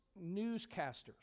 newscasters